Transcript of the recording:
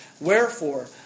Wherefore